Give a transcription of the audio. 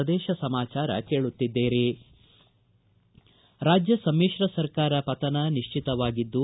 ಪ್ರದೇಶ ಸಮಾಚಾರ ಕೇಳುತ್ತಿದ್ದೀರಿ ರಾಜ್ಣ ಸಮಿತ್ರ ಸರ್ಕಾರ ಪತನ ನಿಶ್ಚಿತವಾಗಿದ್ದು